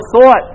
thought